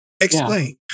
Explain